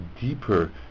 deeper